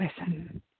listen